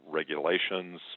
regulations